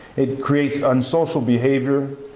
it creates unsocial behavior,